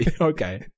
Okay